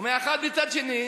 ומצד שני,